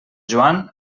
joan